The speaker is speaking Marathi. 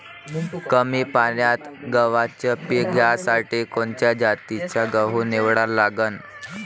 कमी पान्यात गव्हाचं पीक घ्यासाठी कोनच्या जातीचा गहू निवडा लागन?